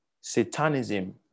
Satanism